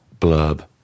blurb